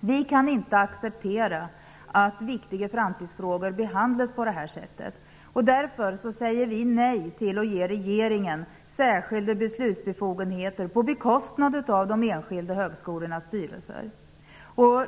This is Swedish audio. Vi kan inte acceptera att viktiga framtidsfrågor behandlas på det sättet. Därför säger vi nej till att ge regeringen särskilda beslutsbefogenheter på bekostnad av de enskilda högskolornas styrelser.